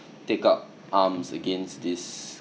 take up arms against this